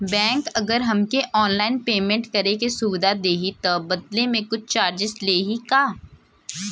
Bank अगर हमके online payment करे के सुविधा देही त बदले में कुछ चार्जेस लेही का?